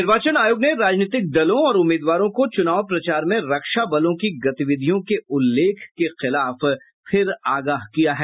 निर्वाचन आयोग ने राजनीतिक दलों और उम्मीदवारों को चूनाव प्रचार में रक्षा बलों की गतिविधियों के उल्लेख के खिलाफ फिर आगाह किया है